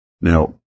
Now